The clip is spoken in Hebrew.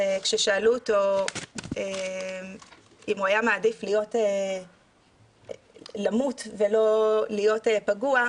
וכששאלו אותו אם הוא היה מעדיף למות ולא להיות פגוע,